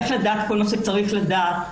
איך לדעת כל מה שצריך לדעת.